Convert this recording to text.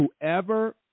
Whoever